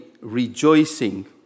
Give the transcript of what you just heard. rejoicing